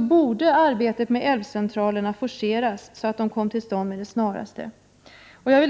borde arbetet med älvcentralerna forceras så att de kom till stånd med det snaraste.